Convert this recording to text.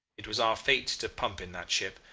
it was our fate to pump in that ship,